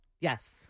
Yes